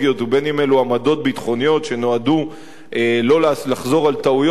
עמדות ביטחוניות שנועדו שלא לחזור על טעויות עבר?